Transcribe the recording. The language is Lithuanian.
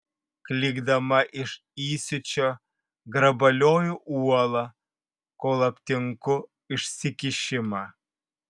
klykdama iš įsiūčio grabalioju uolą kol aptinku išsikišimą